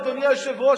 אדוני היושב-ראש,